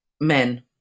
men